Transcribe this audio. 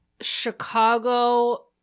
Chicago